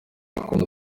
kuntu